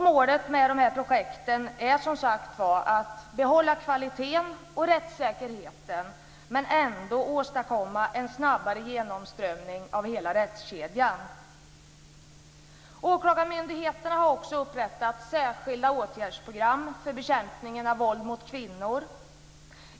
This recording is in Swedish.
Målet med de här projekten är som sagt var att behålla kvaliteten och rättssäkerheten, men ändå åstadkomma en snabbare genomströmning i hela rättskedjan. Åklagarmyndigheterna har också upprättat särskilda åtgärdsprogram för bekämpningen av våld mot kvinnor.